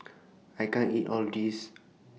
I can't eat All The This